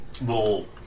little